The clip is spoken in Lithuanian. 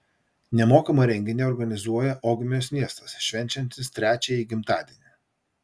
nemokamą renginį organizuoja ogmios miestas švenčiantis trečiąjį gimtadienį